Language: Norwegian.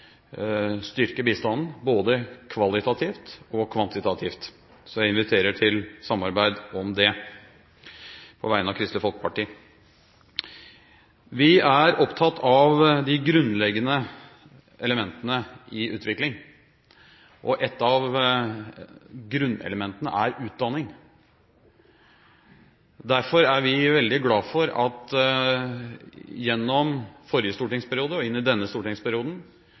styrke bistanden både kvalitativt og kvantitativt, så jeg inviterer til samarbeid om det på vegne av Kristelig Folkeparti. Vi er opptatt av de grunnleggende elementene i utvikling, og et av grunnelementene er utdanning. Derfor er vi veldig glad for at vi her i Stortinget gjennom forrige stortingsperiode og inn i denne stortingsperioden